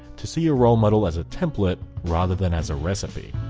to see a role model as a template rather than as a recipe.